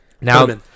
Now